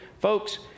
Folks